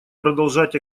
продолжать